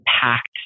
packed